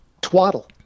twaddle